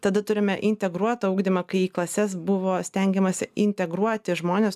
tada turime integruotą ugdymą kai į klases buvo stengiamasi integruoti žmones